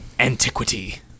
antiquity